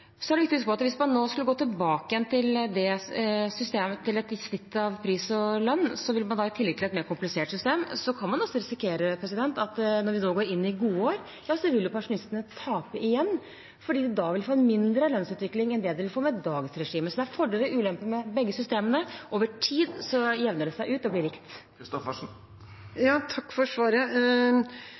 Så er det viktig å huske på at hvis man nå skulle gått tilbake igjen til et snitt av pris og lønn, ville man, i tillegg til et mer komplisert system, risikere at når vi nå går inn i gode år, kunne pensjonistene tape igjen, fordi de da ville få mindre lønnsutvikling enn det de vil få med dagens regime. Så det er fordeler og ulemper med begge systemene. Over tid jevner det seg ut og blir likt. Takk for svaret.